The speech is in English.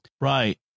Right